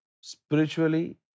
spiritually